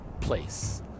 place